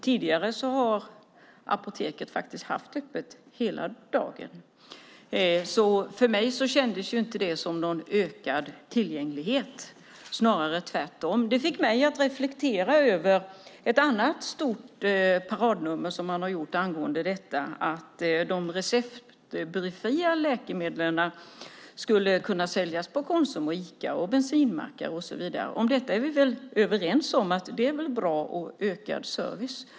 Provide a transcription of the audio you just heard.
Tidigare har apoteket haft öppet hela dagen. Det kändes inte som någon ökad tillgänglighet, snarare tvärtom. Det fick mig att reflektera över ett annat stort paradnummer, nämligen att de receptfria läkemedlen skulle kunna säljas på Konsum och Ica och på bensinstationer. Vi är väl överens om att det är bra och ger ökad service.